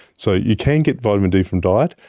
so you can get vitamin d from diet,